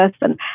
person